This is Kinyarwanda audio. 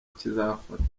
kizafatwa